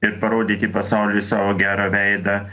ir parodyti pasauliui savo gerą veidą